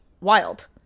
wild